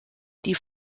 die